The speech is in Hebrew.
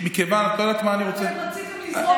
את לא יודעת מה אני רוצה, אתם רציתם לזרוק,